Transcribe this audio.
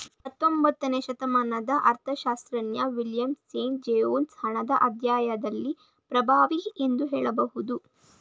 ಹತ್ತೊಂಬತ್ತನೇ ಶತಮಾನದ ಅರ್ಥಶಾಸ್ತ್ರಜ್ಞ ವಿಲಿಯಂ ಸ್ಟಾನ್ಲಿ ಜೇವೊನ್ಸ್ ಹಣದ ಅಧ್ಯಾಯದಲ್ಲಿ ಪ್ರಭಾವಿ ಎಂದು ಹೇಳಬಹುದು